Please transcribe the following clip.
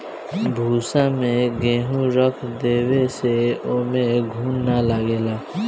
भूसा में गेंहू रख देवे से ओमे घुन ना लागे